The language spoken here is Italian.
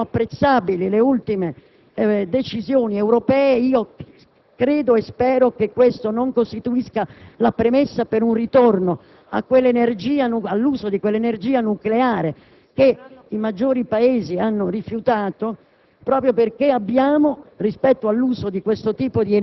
generazioni future. Da questo punto di vista, sono apprezzabili le ultime decisioni europee. Credo e spero che ciò non costituisca la premessa per il ritorno all'uso di quell'energia nucleare che i maggiori Paesi hanno rifiutato,